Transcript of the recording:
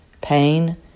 pain